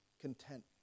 content